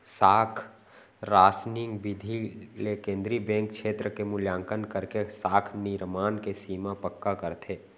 साख रासनिंग बिधि ले केंद्रीय बेंक छेत्र के मुल्याकंन करके साख निरमान के सीमा पक्का करथे